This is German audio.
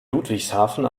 ludwigshafen